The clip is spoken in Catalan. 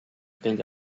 aquell